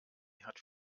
hat